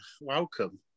Welcome